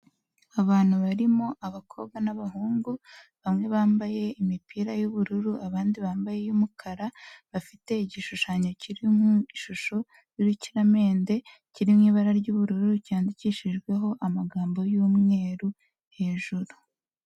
Abantu barimo abakobwa, n'abahungu, bamwe bambaye imipira y'ubururu, abandi bambaye iy'umukara, bafite igishushanyo kiri mu ishusho y'urukiramende, kiri mu ibara ry'ubururu, cyandikishijweho amagambo y'umweru hejuru.